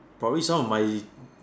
probably some of my